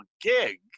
gig